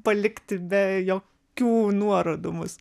palikti be jokių nuorodų mus